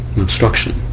obstruction